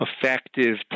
effective